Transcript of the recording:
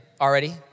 already